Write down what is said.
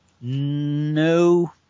no